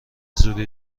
زودی